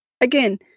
again